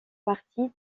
partie